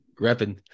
repping